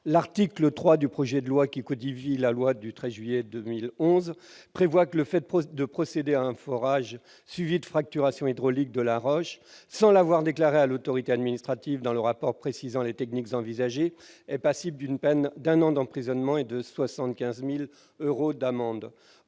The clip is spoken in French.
L'article 3 du projet de loi, qui codifie la loi du 13 juillet 2011, prévoit que le fait de procéder à un forage suivi de fracturation hydraulique de la roche sans l'avoir déclaré à l'autorité administrative dans le rapport précisant les techniques envisagées est passible d'une peine d'un an d'emprisonnement et de 75 000 euros d'amende.